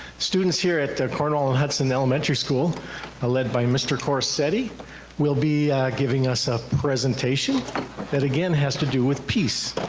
students here at cornwall and hudson elementary school ah led by mr. corisetti will be giving us a presentation that again has to do with peace.